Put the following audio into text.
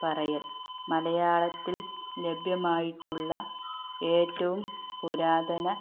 പറയൽ മലയാളത്തിൽ ലഭ്യമായിട്ടുള്ള ഏറ്റവും പുരാതന